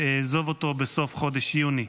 ואעזוב אותו בסוף חודש יוני.